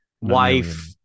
wife